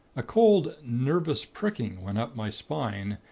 a cold, nervous pricking went up my spine,